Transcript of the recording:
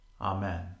Amen